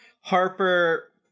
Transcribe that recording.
Harper